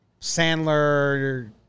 Sandler